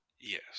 yes